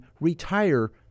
retire